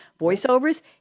voiceovers